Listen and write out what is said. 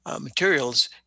materials